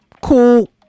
cool